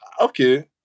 okay